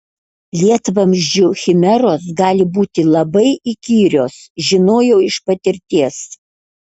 lietvamzdžių chimeros gali būti labai įkyrios žinojau iš patirties